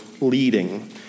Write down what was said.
leading